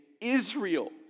Israel